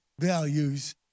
values